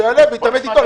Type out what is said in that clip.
שיעלה ויתעמת אתו.